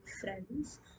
friends